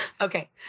Okay